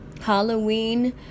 Halloween